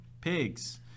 pigs